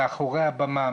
מאחורי הבמה,